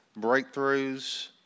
breakthroughs